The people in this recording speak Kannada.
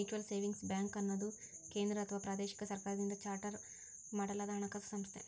ಮ್ಯೂಚುಯಲ್ ಸೇವಿಂಗ್ಸ್ ಬ್ಯಾಂಕ್ಅನ್ನುದು ಕೇಂದ್ರ ಅಥವಾ ಪ್ರಾದೇಶಿಕ ಸರ್ಕಾರದಿಂದ ಚಾರ್ಟರ್ ಮಾಡಲಾದಹಣಕಾಸು ಸಂಸ್ಥೆ